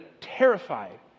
terrified